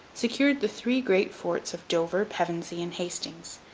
secured the three great forts of dover, pevensey, and hastings,